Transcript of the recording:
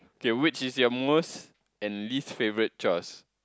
okay which is your most and least favorite chores